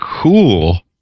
cool